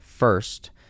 first